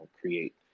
create